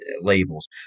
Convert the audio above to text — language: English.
labels